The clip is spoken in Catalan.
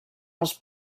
els